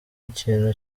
ikintu